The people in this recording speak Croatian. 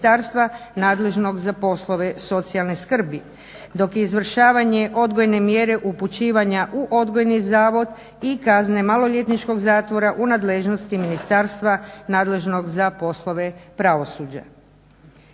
nadležnog za poslove socijalne skrbi. Dok je izvršavanje odgojne mjere upućivanja u Odgojni zavod i kazne maloljetničkog zatvora u nadležnosti ministarstva nadležnog za poslove pravosuđa.